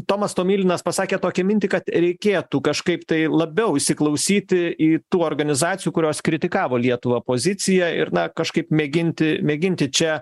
tomas tomilinas pasakė tokią mintį kad reikėtų kažkaip tai labiau įsiklausyti į tų organizacijų kurios kritikavo lietuvą poziciją ir na kažkaip mėginti mėginti čia